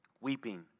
weeping